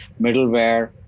middleware